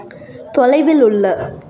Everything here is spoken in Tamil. தொலைவில் உள்ள